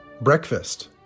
breakfast